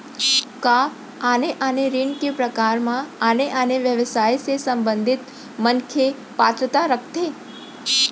का आने आने ऋण के प्रकार म आने आने व्यवसाय से संबंधित मनखे पात्रता रखथे?